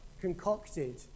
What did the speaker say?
concocted